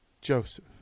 Joseph